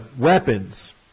weapons